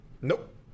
Nope